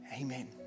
Amen